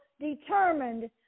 determined